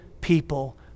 people